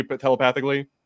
telepathically